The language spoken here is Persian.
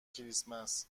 کریسمس